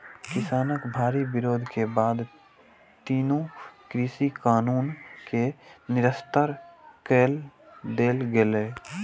किसानक भारी विरोध के बाद तीनू कृषि कानून कें निरस्त कए देल गेलै